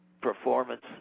performance